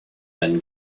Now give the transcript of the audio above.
then